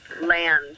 land